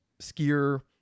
Skier